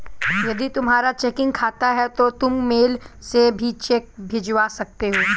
यदि तुम्हारा चेकिंग खाता है तो तुम मेल से भी चेक भिजवा सकते हो